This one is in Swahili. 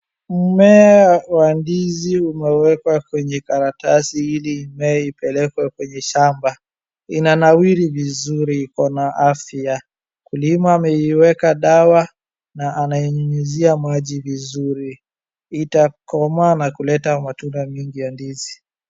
Mmea wa ndizi umewekwa karatsi ili imee ipelekwe kwenye shamba. Inanawiri vizuri, iko na afya. Mkulima ameiweka dawa na anainyunyuzia maji vizuri. Itakomaa na kuleta matunda mingi ya ndizi.